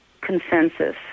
consensus